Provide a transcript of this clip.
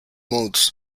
modes